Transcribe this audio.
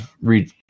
read